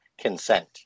consent